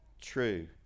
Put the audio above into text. true